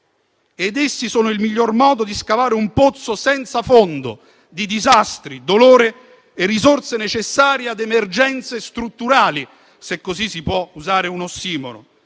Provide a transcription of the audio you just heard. essi sono il miglior modo di scavare un pozzo senza fondo di disastri, dolore e risorse necessarie a "emergenze strutturali", se si può usare questo ossimoro.